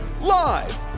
Live